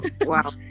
Wow